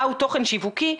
מה הוא תוכן שיווקי,